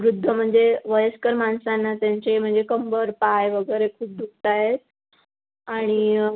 वृद्ध म्हणजे वयस्कर माणसांना त्यांचे म्हणजे कंबर पाय वगैरे खूप दुखत आहेत आणि